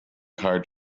hard